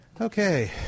Okay